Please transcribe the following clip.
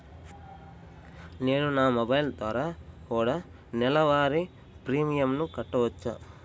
నేను నా మొబైల్ ద్వారా కూడ నెల వారి ప్రీమియంను కట్టావచ్చా?